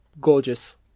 gorgeous